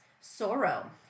sorrow